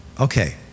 Okay